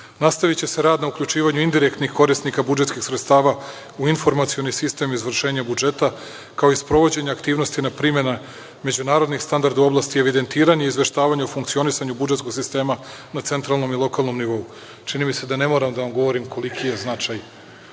prihoda. Nastaviće se rad na uključivanju indirektnih korisnika budžetskihn sredstava u informacioni sistem izvršenja budžeta kao i sprovođenje aktivnosti na primene međunarodnih standarda u oblasti evidentiranja i izveštavanja o funkcionisanju budžetskog sistema na centralnom i lokalnom nivou. Čini mi se da ne moram da vam govorim koliki je značaj